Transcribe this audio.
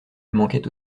manquait